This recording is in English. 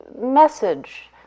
message